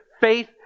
faith